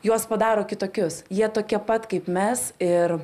juos padaro kitokius jie tokie pat kaip mes ir